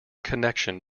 connection